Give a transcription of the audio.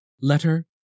Letter